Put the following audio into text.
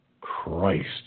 Christ